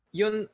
yun